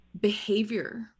behavior